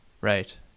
Right